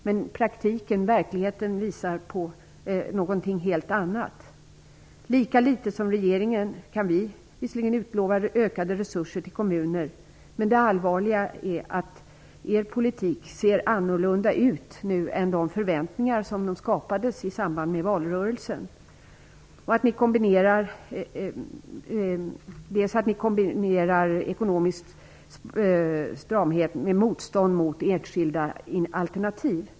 Men praktiken, verkligheten, visar någonting helt annat. Visserligen kan vi lika litet som regeringen utlova ökade resurser till kommuner, men det allvarliga är att er nuvarande politik ser annorlunda ut än den som skapade förväntningar i samband med valrörelsen. Ni kombinerar ekonomisk stramhet med motstånd mot enskilda alternativ.